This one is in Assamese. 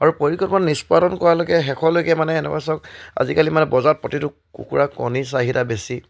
আৰু পৰিকল্প নিষ্পাতন কৰালৈকে শেষলৈকে মানে এনেকুৱা চাওক আজিকালি মানে বজাৰত প্ৰতিটো কুকুৰা কণী চাহিদা বেছি